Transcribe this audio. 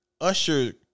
Usher